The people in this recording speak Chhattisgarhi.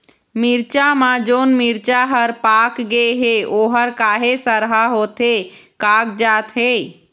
मिरचा म जोन मिरचा हर पाक गे हे ओहर काहे सरहा होथे कागजात हे?